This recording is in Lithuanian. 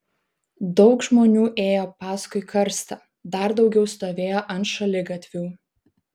daug žmonių ėjo paskui karstą dar daugiau stovėjo ant šaligatvių